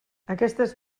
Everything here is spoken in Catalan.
aquestes